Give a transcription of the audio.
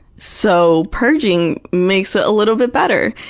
so purging makes it a little bit better.